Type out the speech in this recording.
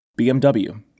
BMW